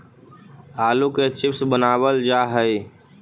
आलू के चिप्स बनावल जा हइ